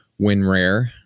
WinRare